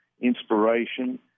inspiration